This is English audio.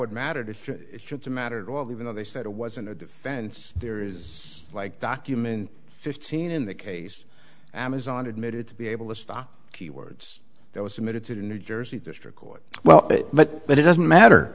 well even though they said it wasn't a fan and there is like documents fifteen in the case amazon admitted to be able to stop keywords that was submitted to the new jersey district court well but but it doesn't matter